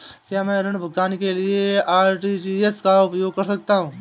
क्या मैं ऋण भुगतान के लिए आर.टी.जी.एस का उपयोग कर सकता हूँ?